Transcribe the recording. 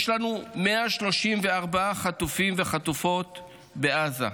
יש לנו 134 חטופים וחטופות בעזה,